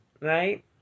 right